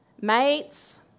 Mates